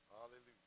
Hallelujah